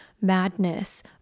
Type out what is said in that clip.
madness